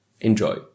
Enjoy